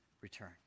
return